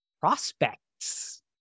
prospects